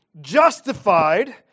justified